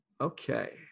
Okay